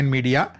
Media